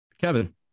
Kevin